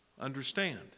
understand